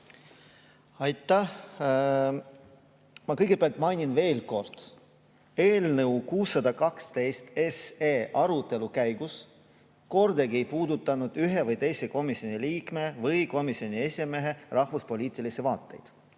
Aitäh! Ma kõigepealt mainin veel kord: eelnõu 612 arutelu käigus kordagi ei puudutatud ühe või teise komisjoni liikme või komisjoni esimehe rahvuspoliitilisi vaateid.